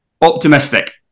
optimistic